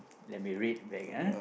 let me read back ah